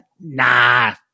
Nah